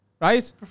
Right